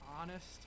honest